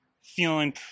feeling